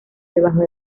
debajo